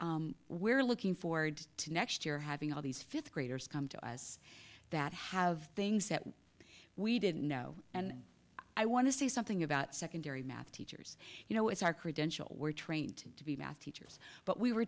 we're looking forward to next year having all these fifth graders come to us that have things that we didn't know and i want to say something about secondary math teachers you know it's our credential we're trained to be math teachers but we were